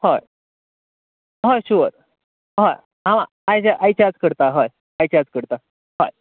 हय हय शुअर हय हांव आयचे आयचे आज करतां हय आयचे आज करता हय